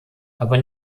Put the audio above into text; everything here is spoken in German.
aber